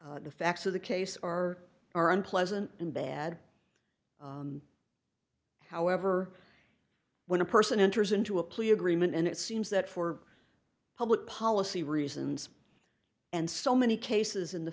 the facts of the case are are unpleasant and bad however when a person enters into a plea agreement and it seems that for public policy reasons and so many cases in the